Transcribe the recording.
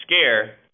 scare